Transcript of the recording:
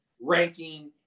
ranking